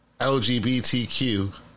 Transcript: LGBTQ